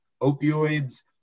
opioids